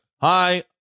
Hi